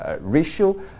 ratio